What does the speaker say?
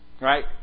Right